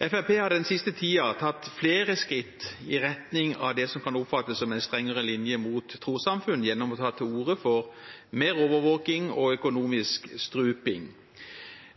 har den siste tiden tatt flere skritt i retning av det som kan oppfattes som en strengere linje overfor trossamfunn, gjennom å ta til orde for mer overvåking og økonomisk struping.